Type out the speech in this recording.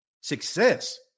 Success